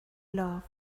loved